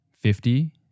fifty